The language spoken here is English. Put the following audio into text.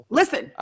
listen